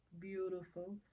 beautiful